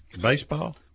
Baseball